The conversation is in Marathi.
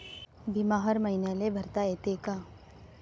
बिमा हर मईन्याले भरता येते का?